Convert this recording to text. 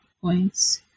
points